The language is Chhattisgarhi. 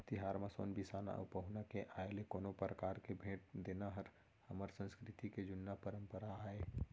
तिहार म सोन बिसाना अउ पहुना के आय ले कोनो परकार के भेंट देना हर हमर संस्कृति के जुन्ना परपंरा आय